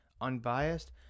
unbiased